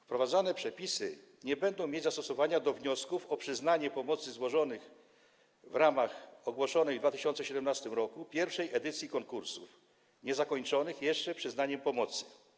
Wprowadzane przepisy nie będą mieć zastosowania do wniosków o przyznanie pomocy złożonych w ramach ogłoszonej w 2017 r. pierwszej edycji konkursów, niezakończonych jeszcze przyznaniem pomocy.